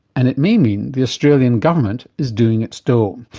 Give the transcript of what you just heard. and it may mean the australian government is doing its dough.